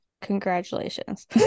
congratulations